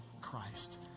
Christ